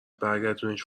برگردونیش